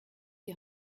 die